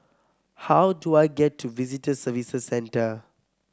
how do I get to Visitor Services Centre